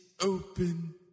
open